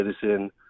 citizen